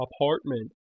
apartment